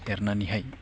एरनानैहाय